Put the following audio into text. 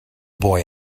boy